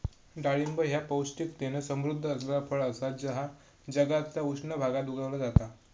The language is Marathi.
डाळिंब ह्या पौष्टिकतेन समृध्द असलेला फळ असा जा जगातल्या उष्ण भागात उगवला जाता